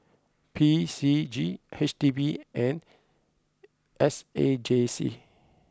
P C G H D B and S A J C